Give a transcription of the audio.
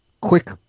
quick